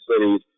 cities